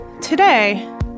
today